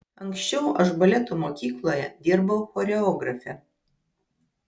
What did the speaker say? anksčiau aš baleto mokykloje dirbau choreografe